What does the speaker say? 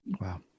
Wow